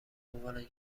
عنوان